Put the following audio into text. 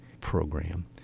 program